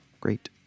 Great